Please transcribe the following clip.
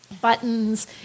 buttons